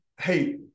Hey